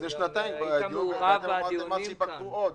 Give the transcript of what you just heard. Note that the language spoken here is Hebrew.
היית מעורב בדיונים כאן.